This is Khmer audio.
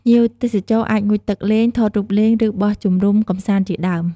ភ្ញៀវទេសចរអាចងូតទឹកលេង ថតរូបលេង ឬបោះជំរុំកម្សាន្តជាដើម។